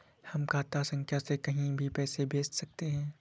हम खाता संख्या से कहीं भी पैसे कैसे भेज सकते हैं?